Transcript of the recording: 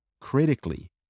critically